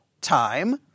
time